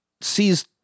sees